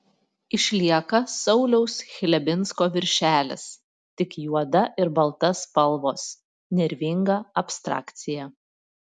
išlieka sauliaus chlebinsko viršelis tik juoda ir balta spalvos nervinga abstrakcija